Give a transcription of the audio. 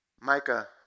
Micah